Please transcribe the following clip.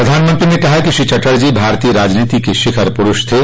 प्रधानमंत्री ने कहा कि श्री चटर्जी भारतीय राजनीति के शिखर प्ररूष थे